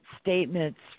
statements